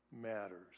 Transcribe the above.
matters